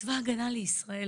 צבא הגנה לישראל,